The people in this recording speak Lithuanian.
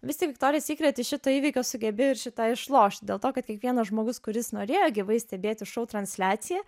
vis tik viktorija sykret iš šito įvykio sugebėjo ir šį tą išlošt dėl to kad kiekvienas žmogus kuris norėjo gyvai stebėti šou transliaciją